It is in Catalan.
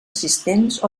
assistents